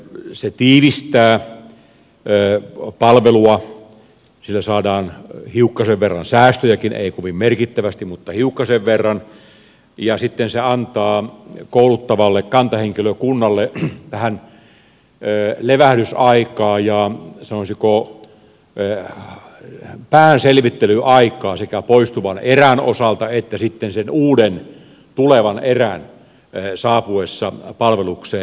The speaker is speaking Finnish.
se tiivistää palvelua sillä saadaan hiukkasen verran säästöjäkin ei kovin merkittävästi mutta hiukkasen verran ja sitten se antaa kouluttavalle kantahenkilökunnalle vähän levähdysaikaa ja sanoisiko päänselvittelyaikaa sekä poistuvan erän osalta että sitten sen uuden tulevan erän saapuessa palvelukseen